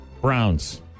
Browns